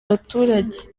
abaturage